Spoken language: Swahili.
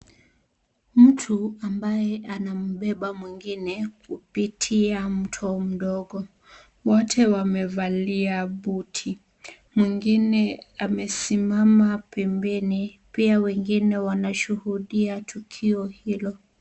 Mtu ambaye anambeba mwingine kupitia mto mdogo. Wote wamevalia buti. Mwingine amesimama pembeni, pia wengine wanashuhudia tukio hilo.